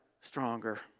Stronger